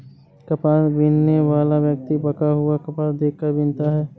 कपास बीनने वाला व्यक्ति पका हुआ कपास देख कर बीनता है